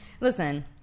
Listen